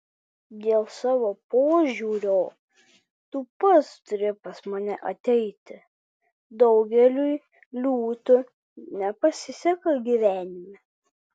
dėl savo požiūrio tu pats turi pas mane ateiti daugeliui liūtų nepasiseka gyvenime